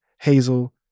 Hazel